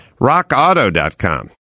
RockAuto.com